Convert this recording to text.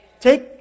Take